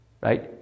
right